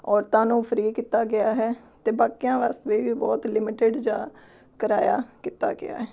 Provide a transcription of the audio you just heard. ਔਰਤਾਂ ਨੂੰ ਫਰੀ ਕੀਤਾ ਗਿਆ ਹੈ ਅਤੇ ਬਾਕੀਆਂ ਵਾਸਤੇ ਵੀ ਬਹੁਤ ਲਿਮਿਟਿਡ ਜਿਹਾ ਕਰਾਇਆ ਕੀਤਾ ਗਿਆ